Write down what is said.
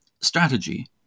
strategy